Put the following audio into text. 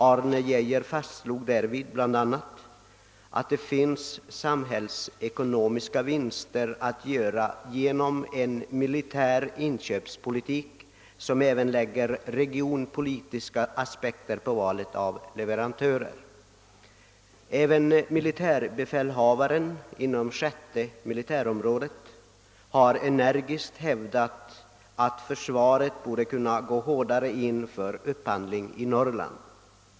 Han fastslog därvid bl.a. att det finns samhällsekonomiska vinster att göra genom en militär inköpspolitik som även lägger regionpolitiska aspekter på valet av leverantörer. Även militärbefälhavaren inom 6:e militärområdet har energiskt hävdat att försvaret borde kunna gå hårdare in för en upphandling i Norrland.